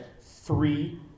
Three